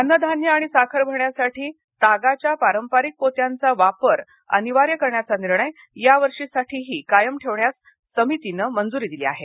अन्नधान्य आणि साखर भरण्यासाठी तागाच्या पारंपरिक पोत्यांचा वापर अनिवार्य करण्याचा निर्णय या वर्षासाठीही कायम ठेवण्यास समितीनं मंजूरी दिली आहे